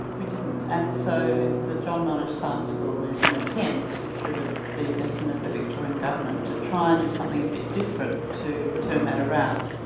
and we didn't, and so the john monash science school is an attempt, through the the investment of the victorian government, to try and do something a bit different to turn that around.